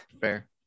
fair